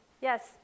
Yes